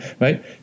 right